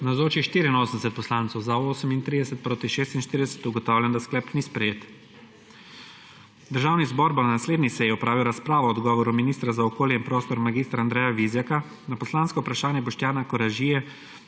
46. (Za je glasovalo 38.) (Proti 46.) Ugotavljam, da sklep ni sprejet. Državni zbor bo na naslednji seji opravil razpravo o odgovoru ministra za okolje in prostor mag. Andreja Vizjaka na poslansko vprašanje Boštjana Koražije